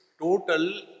total